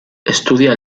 estudia